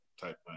type